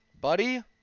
Buddy